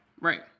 Right